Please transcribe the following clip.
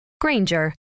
Granger